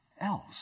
else